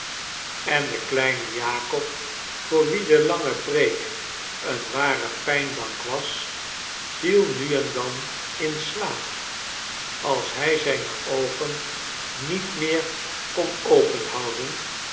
en de kleine jakob voor wien de lange preek eene ware pijnbank was viel nu en dan in slaap als hij zijne oogen niet meer kon openhouden